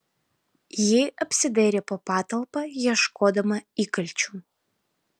ji apsidairė po patalpą ieškodama įkalčių